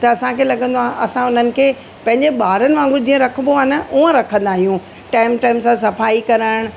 त असांखे लॻंदो आहे असां उन्हनि खे पंहिंजे ॿारनि वांगुर जीअं रखिबो आहे न उहा रखंदा आहियूं टाइम टाइम सां सफ़ाई करण